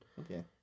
Okay